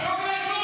מה קרה?